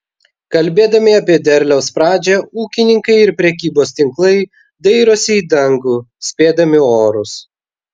kalbėdami apie derliaus pradžią ūkininkai ir prekybos tinklai dairosi į dangų spėdami orus